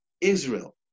Israel